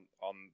on